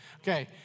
Okay